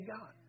God